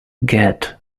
get